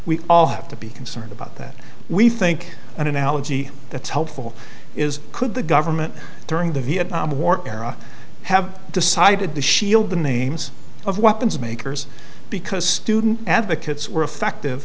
we all have to be concerned about that we think an analogy that's helpful is could the government during the vietnam war era have decided to shield the names of weapons makers because student advocates were effective